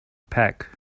pack